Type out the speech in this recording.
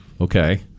okay